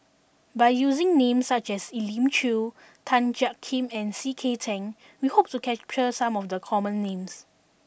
by using names such as Elim Chew Tan Jiak Kim and C K Tang we hope to capture some of the common names